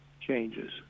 changes